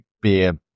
beer